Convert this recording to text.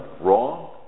wrong